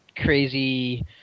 crazy